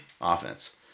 offense